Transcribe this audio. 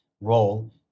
role